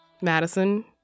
Madison